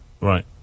Right